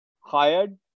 hired